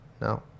No